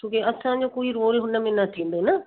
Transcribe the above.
छोकी असांजो कोई रोल हुन में न थींदो न